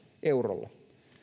eurolla